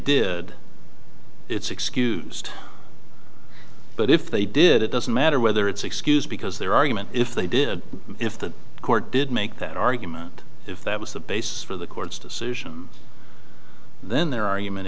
did it's excused but if they did it doesn't matter whether it's excused because their argument if they did if the court did make that argument if that was the basis for the court's decision then there ar